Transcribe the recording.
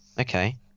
okay